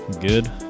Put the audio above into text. good